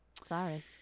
Sorry